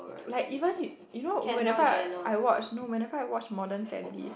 like even y~ you know whenever I watch no whenever I watch modern-family